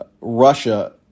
Russia